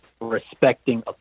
respecting